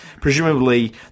Presumably